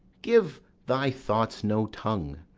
give thy thoughts no tongue,